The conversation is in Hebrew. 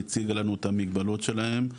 הציגה לנו את המגבלות שלהם,